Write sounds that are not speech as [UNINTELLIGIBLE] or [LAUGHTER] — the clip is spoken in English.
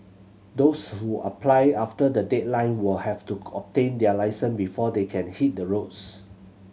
those who apply after the deadline will have to [UNINTELLIGIBLE] their licence before they can hit the roads